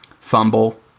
fumble